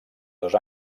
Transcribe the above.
dos